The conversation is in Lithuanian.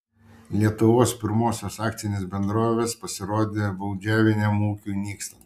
lietuvos pirmosios akcinės bendrovės pasirodė baudžiaviniam ūkiui nykstant